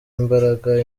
imbaraga